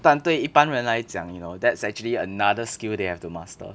但对一般人来讲 you know that's actually another skill they have to master